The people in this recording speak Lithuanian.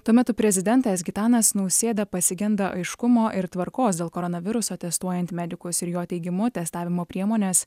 tuo metu prezidentas gitanas nausėda pasigenda aiškumo ir tvarkos dėl koronaviruso testuojant medikus ir jo teigimu testavimo priemonės